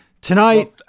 Tonight